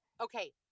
Okay